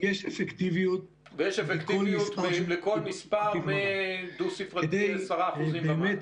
ושיש אפקטיביות בכל מספר דו ספרתי, 10% ומעלה.